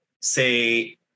say